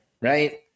right